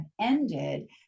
ended